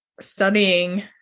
studying